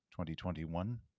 2021